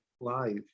live